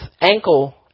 ankle